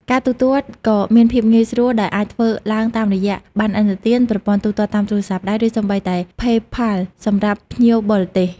ការទូទាត់ក៏មានភាពងាយស្រួល ដោយអាចធ្វើឡើងតាមរយៈ ប័ណ្ណឥណទាន ប្រព័ន្ធទូទាត់តាមទូរស័ព្ទដៃ ឬសូម្បីតែផេ ផល សម្រាប់ភ្ញៀវបរទេស។